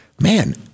Man